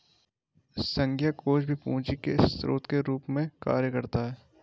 संघीय कोष भी पूंजी के स्रोत के रूप में कार्य करता है